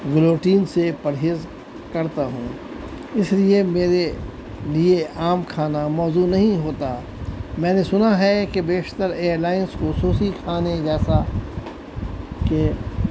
guillotine سے پرہیز کرتا ہوں اس لیے میرے لیے عام کھانا موزوں نہیں ہوتا میں نے سنا ہے کہ بیشتر ایئر لائنس خصوصی کھانے جیسا کہ